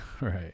Right